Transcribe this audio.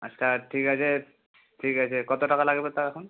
আচ্ছা ঠিক আছে ঠিক আছে কত টাকা লাগবে তাও এখন